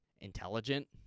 intelligent